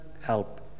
help